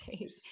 days